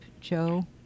Joe